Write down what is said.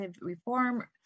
reform